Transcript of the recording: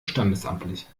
standesamtlich